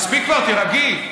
מספיק כבר, תירגעי.